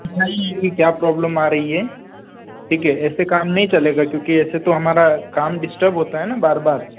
यह क्या प्रॉब्लम आ रही है ठीक है ऐसे काम नहीं चलेगा क्योंकि ऐसे तो हमारा काम डिस्टर्ब होता है ना बार बार